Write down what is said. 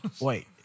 Wait